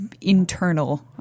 internal